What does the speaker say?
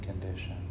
condition